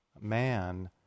man